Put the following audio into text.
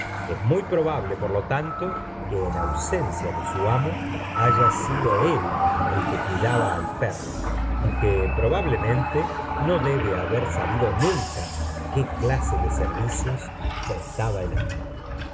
es muy probable por lo tanto que en ausencia de su amo haya sido él el que cuidaba al perro aunque probablemente no debe haber sabido nunca qué olase de servicios prestaba el animal